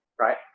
right